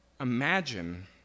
Imagine